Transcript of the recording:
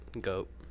Goat